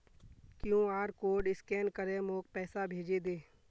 QR code scan करे मोक पैसा भेजे दे